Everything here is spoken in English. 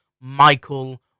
Michael